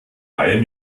leihe